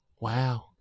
Wow